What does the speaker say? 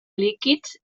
líquids